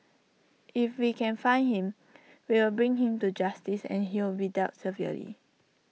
if we can find him we will bring him to justice and he'll be dealt severely